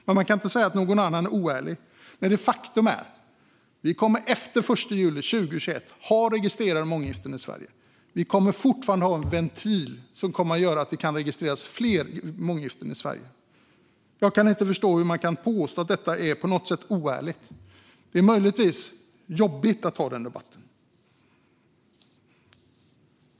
Men man kan inte säga att någon annan är oärlig när det är ett faktum att vi kommer att ha registrerade månggiften i Sverige även från den 1 juli 2021. Vi kommer fortfarande att ha en ventil, som kommer att göra att det kan registreras fler månggiften i Sverige. Jag kan inte förstå hur man kan påstå att detta på något sätt är oärligt. Det är möjligtvis jobbigt att ha den debatten.